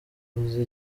uzi